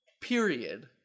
Period